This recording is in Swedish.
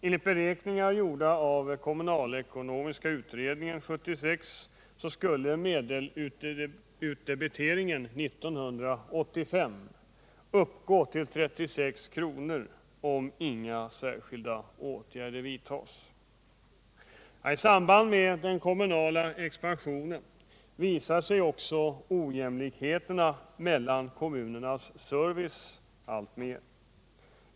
Enligt beräkningar gjorda av kommunalekonomiska utredningen 1976 skulle medelutdebiteringen 1985 uppgå till 36 kr., om inga särskilda åtgärder vidtas. I samband med denna kommunala expansion visar sig också ojämlikheterna mellan kommunernas service alltmer.